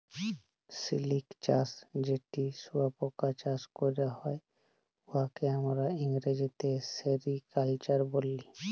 সিলিক চাষ যেট শুঁয়াপকা চাষ ক্যরা হ্যয়, উয়াকে আমরা ইংরেজিতে সেরিকালচার ব্যলি